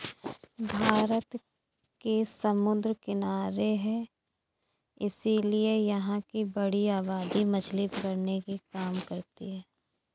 भारत समुद्र के किनारे है इसीलिए यहां की बड़ी आबादी मछली पकड़ने के काम करती है